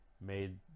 made